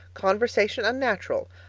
conversation unnatural.